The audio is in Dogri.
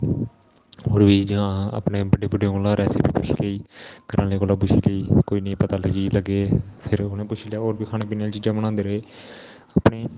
और बी जियां अपने बड्डे बड्डे कोला रैस्पी पुच्छी लेई घरा आहले कोला पुच्छी लेई पता लग्गे फिर उन्हेगी पुच्छी लेआ खाने पिने आहली चीजां बनांदे रेह् अपनी